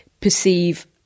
perceive